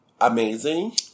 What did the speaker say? amazing